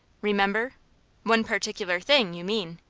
remember one particular thing you mean?